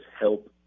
help